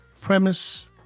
premise